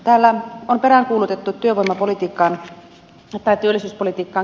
täällä on peräänkuulutettu työllisyyspolitiikkaan kestävyyttä